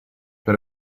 per